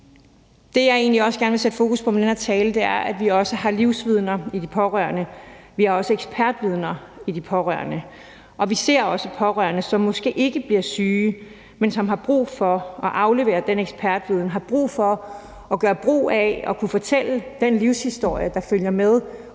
også gerne vil sætte fokus på med den her tale, er, at vi også har livsvidner i de pårørende, at vi også har ekspertvidner i de pårørende, og at vi også ser pårørende, som måske ikke bliver syge, men som har brug for at aflevere den ekspertviden og har brug for at gøre brug af at kunne fortælle den livshistorie, der følger med,